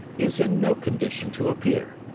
is in no condition to appear.